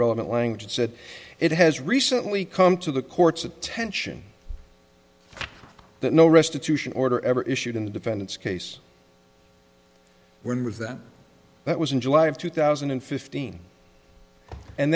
relevant language and said it has recently come to the court's attention that no restitution order ever issued in the defendant's case when was that that was in july of two thousand and fifteen and